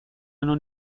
non